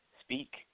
speak